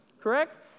correct